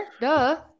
Duh